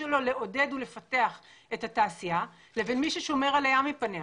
שלו לעודד ולפתח את התעשייה לבין מי ששומר על הים מפניה,